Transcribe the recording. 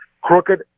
Crooked